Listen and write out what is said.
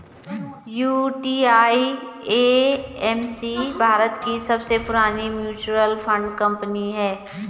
UTI AMC Bharat की सबसे पुरानी म्यूचुअल फंड कंपनी है